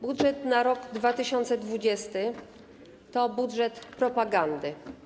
Budżet na rok 2020 to budżet propagandy.